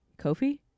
kofi